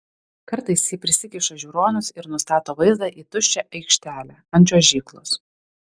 kartais ji prisikiša žiūronus ir nustato vaizdą į tuščią aikštelę ant čiuožyklos